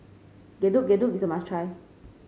Getuk Getuk is a must try